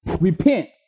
Repent